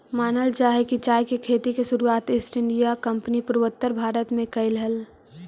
मानल जा हई कि चाय के खेती के शुरुआत ईस्ट इंडिया कंपनी पूर्वोत्तर भारत में कयलई हल